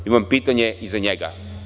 Imam pitanje i za njega.